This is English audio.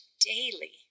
daily